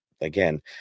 again